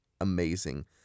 amazing